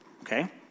Okay